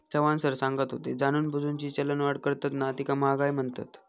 Chavan sir सांगत होते, जाणूनबुजून जी चलनवाढ करतत ना तीका महागाई म्हणतत